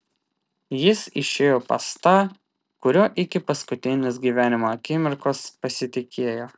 jis išėjo pas tą kuriuo iki paskutinės gyvenimo akimirkos pasitikėjo